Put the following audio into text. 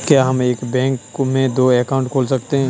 क्या हम एक बैंक में दो अकाउंट खोल सकते हैं?